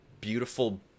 beautiful